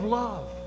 love